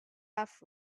off